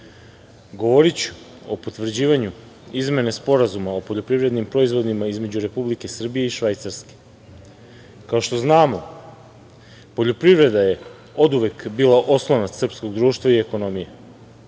govoriću o potvrđivanju izmene Sporazuma o poljoprivrednim proizvodima između Republike Srbije i Švajcarske. Kao što znamo, poljoprivreda je oduvek bila oslonac srpskog društva i ekonomije,